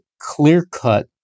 clear-cut